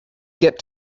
get